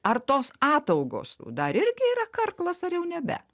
ar tos ataugos dar irgi yra karklas ar jau nebe